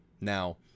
Now